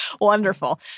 Wonderful